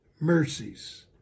mercies